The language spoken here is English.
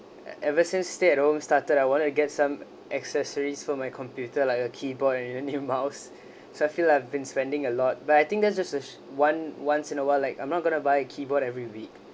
e~ ever since stay at home started I want to get some accessories for my computer like a keyboard and a new mouse so I feel I've been spending a lot but I think there's just one once in a while like I'm not going to buy a keyboard every week